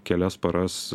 kelias paras